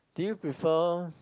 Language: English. do you prefer